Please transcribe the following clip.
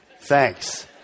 Thanks